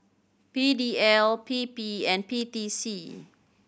P D L P P and P T C